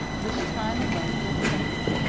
which time alone can efface.